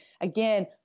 again